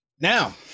Now